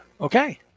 Okay